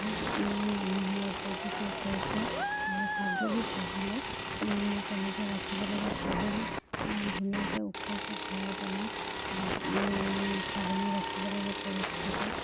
বহুত মানুহে উপকৃত হৈছে আৰু ছাগলী পুহিলে কেনেকে ৰাখিব লাগে ছাগলীক ধুনীয়াকে ওখকে ঘৰ বনাই তাত ছাগলী ৰাখিব লাগে পৰিষ্কাৰকৈ